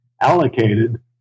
allocated